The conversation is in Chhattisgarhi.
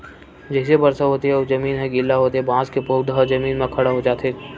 जइसे बरसा होथे अउ जमीन ह गिल्ला होथे बांस के पउधा ह जमीन म खड़ा हो जाथे